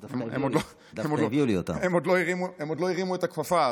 הם עוד לא הרימו את הכפפה,